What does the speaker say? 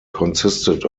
consisted